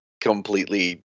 completely